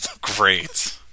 great